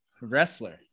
Wrestler